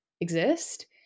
exist